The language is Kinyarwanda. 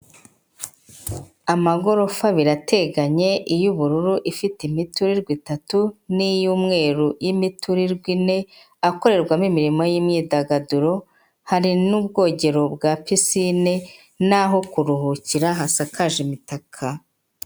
Amagorofa abiri ateganye, iy'ubururu ifite imiturirwa itatu n'iy'umweru y'imiturirwa ine akorerwamo imirimo y'imyidagaduro, hari n'ubwogero bwa pisine naho kuruhukira hasakaje imitaka.